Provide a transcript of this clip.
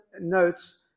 notes